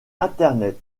internet